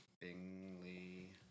Bingley